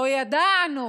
לא ידענו